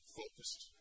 focused